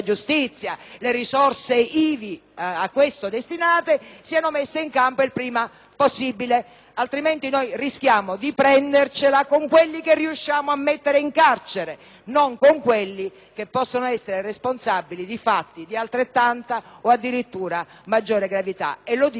a questo destinate siano messe in campo il prima possibile. Altrimenti rischiamo di prendercela con quelli che riusciamo a mettere in carcere, non con quelli che possono essere responsabili di fatti di altrettanta o addirittura maggiore gravità. Affermo ciò pensando che lo stupro per